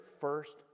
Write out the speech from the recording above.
first